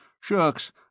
Shucks